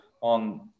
on